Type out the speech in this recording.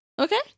Okay